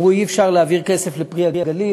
הם אמרו: אי-אפשר להעביר כסף ל"פרי הגליל".